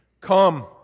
Come